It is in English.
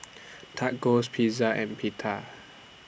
Tacos Pizza and Pita